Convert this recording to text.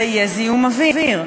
ויהיה זיהום אוויר,